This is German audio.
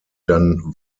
dann